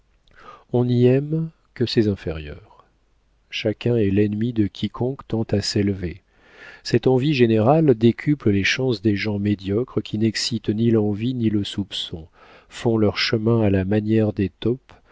on n'y aime que ses inférieurs chacun est l'ennemi de quiconque tend à s'élever cette envie générale décuple les chances des gens médiocres qui n'excitent ni l'envie ni le soupçon font leur chemin à la manière des